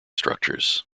structures